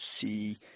see